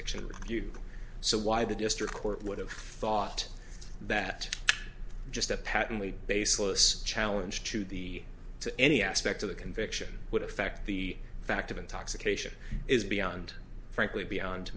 you so why the district court would have thought that just a patently baseless challenge to the to any aspect of the conviction would affect the fact of intoxication is beyond frankly beyond